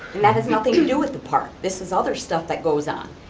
and that has nothing to do with the park, this is other stuff that goes on.